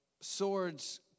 swords